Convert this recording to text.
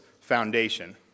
foundation